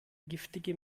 giftige